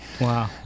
Wow